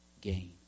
gain